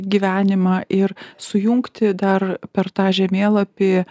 gyvenimą ir sujungti dar per tą žemėlapį